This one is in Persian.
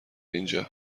اینجا